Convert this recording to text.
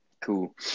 Cool